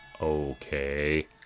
okay